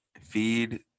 feed